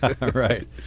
Right